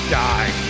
die